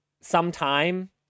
sometime